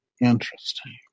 Interesting